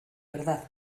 verdad